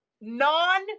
non